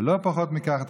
ולא פחות מכך,